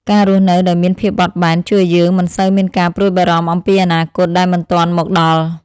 ការរស់នៅដោយមានភាពបត់បែន ជួយឱ្យយើងមិនសូវមានការព្រួយបារម្ភអំពីអនាគតដែលមិនទាន់មកដល់។